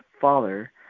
father